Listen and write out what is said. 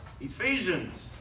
Ephesians